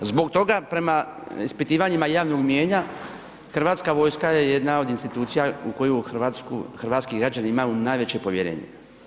Zbog toga prema ispitivanjima javnog mijenja Hrvatska vojska je jedna od institucija u koju hrvatski građani imaju najveće povjerenje.